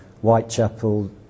Whitechapel